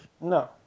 No